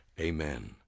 Amen